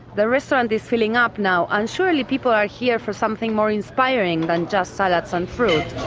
the restaurant is filling up now, and surely people are here for something more inspiring than just salads and fruit?